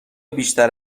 بیشتر